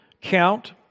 count